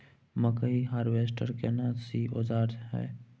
मकई हारवेस्टर केना सी औजार हय?